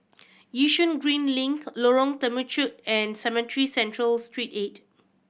Yishun Green Link Lorong Temechut and Cemetry Central Street Eight